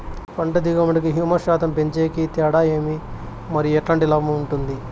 పంట దిగుబడి కి, హ్యూమస్ శాతం పెంచేకి తేడా ఏమి? మరియు ఎట్లాంటి లాభం ఉంటుంది?